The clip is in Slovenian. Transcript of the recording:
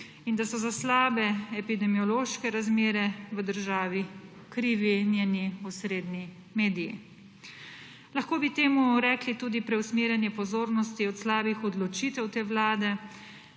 in da so za slabe epidemiološke razmere v državi krivi njeni osrednji mediji. Lahko bi temu rekli tudi preusmerjanje pozornosti od slabih odločitev te Vlade,